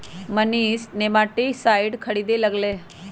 Manish nematicide खरीदे गय लय